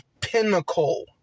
pinnacle